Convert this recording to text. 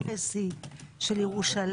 לא של שטחי C, של ירושלים.